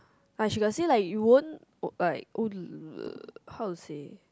ah she got say like you won't like how to say